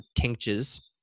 tinctures